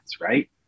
right